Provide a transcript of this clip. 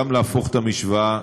גם להפוך את המשוואה,